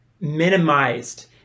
minimized